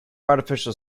artificial